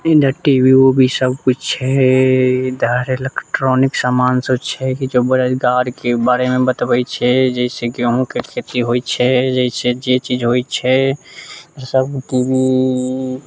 T V उबी सब कुछ हय इलेक्ट्रोनिक सामान सब छै जे बेरोजगारके बारेमे बतबै छै जैसे कि अहूँ होइ छै जे चीज होइ छै सब टी वी